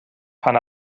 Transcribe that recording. pan